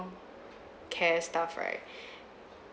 care stuff right